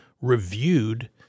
reviewed